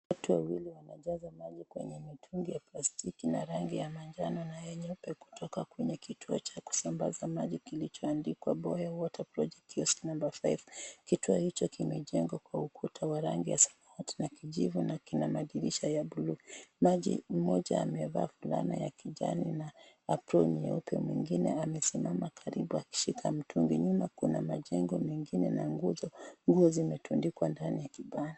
Watu wawili wanajaza maji kwenye mitungi ya plastiki ya rangi ya mnajano na ya nyeupe kutoka kwenye kituo cha kusambaza maji kilichoandikwa Boya water project kiosk number 5 . Kituo hicho kimejengwa jwa ukuta wa rangi ya samawati na kijivu na kina madirisha ya buluu. Mmoja amevaa fulana ya kijani na aproni. Mwengine amesimama karibu akishika mtungi. Nyuma kuna mitungi mengine na nguzo. Nguo zimetundikwa ndani ya kibanda.